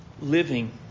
living